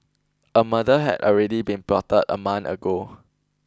a murder had already been plotted a month ago